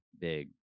big